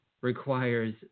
requires